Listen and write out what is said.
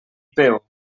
peó